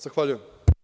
Zahvaljujem.